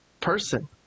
person